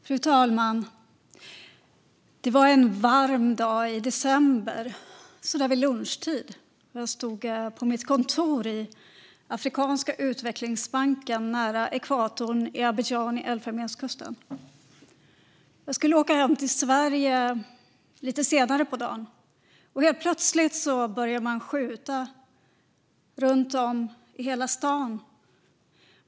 Fru talman! Det var en varm dag i december, så där vid lunchtid. Jag stod på mitt kontor i Afrikanska utvecklingsbanken nära ekvatorn i Abidjan i Elfenbenskusten. Jag skulle åka hem till Sverige lite senare på dagen. Helt plötsligt började man skjuta runt om i hela staden.